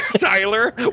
Tyler